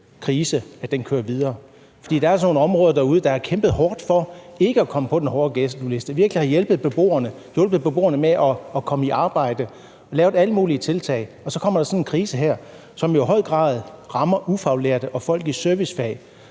krise kører videre. For der er altså nogle områder derude, der har kæmpet hårdt for ikke at komme på den hårde ghettoliste, nogle områder, hvor man virkelig har hjulpet beboerne med at komme i arbejde, og hvor man har lavet alle mulige tiltag. Så kommer der sådan en krise her, som jo i høj grad rammer ufaglærte og folk i servicefag